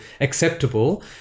acceptable